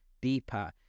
deeper